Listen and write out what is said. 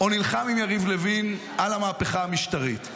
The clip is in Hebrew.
או נלחם עם יריב לוין על המהפכה המשטרית,